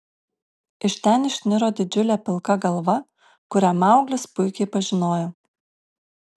iš ten išniro didžiulė pilka galva kurią mauglis puikiai pažinojo